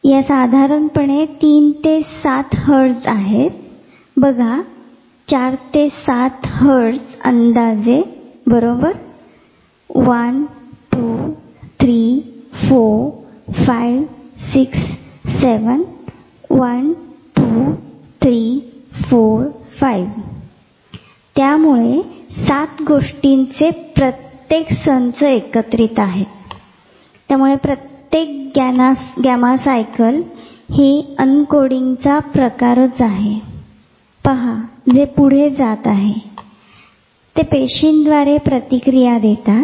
या साधारणपणे 4 ते 7 हर्ट्झ आहेत बघा 4 ते 7 हर्ट्झ अंदाजे बरोबर 123456712345 त्यामुळे 7 गोष्टींचे प्रत्येक संच एकत्रित आहेत त्यामुळे प्रत्येक गामा सायकल हि अनकोडींगचा प्रकार आहे पहा जे पुढे जात आहे ते पेशीद्वारे प्रतिक्रिया देतात